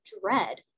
dread